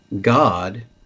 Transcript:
God